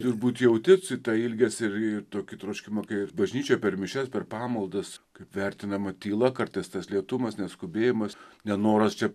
turbūt jauti tą ilgesį ir tokį troškimą kad bažnyčia per mišias per pamaldas kaip vertinama tyla kartais tas lėtumas neskubėjimas nenoras čia